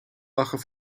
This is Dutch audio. lachen